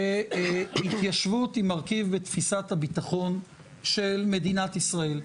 שהתיישבות היא מרכיב בתפיסת הביטחון של מדינת ישראל.